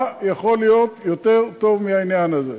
מה יכול להיות יותר טוב מהעניין הזה?